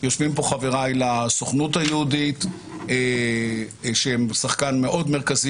ניסינו להבטיח שלא יהיו כפילויות ושהעבודה תיעשה על ידי כל אחד ואחד